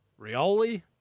Rioli